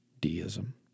deism